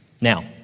Now